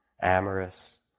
amorous